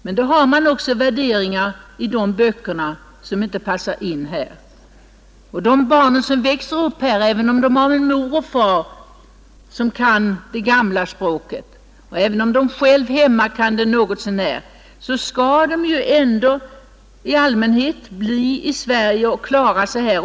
Men skulle de få sina egna böcker, finns i dem värderingar som inte passar här. Även om de barn som växer upp här har en mor och en far som kan det gamla språket och även om de själva i hemmet kan språket något så när, måste man betänka att de ändå i allmänhet skall bo kvar i Sverige och klara sig här.